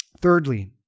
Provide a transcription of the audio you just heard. Thirdly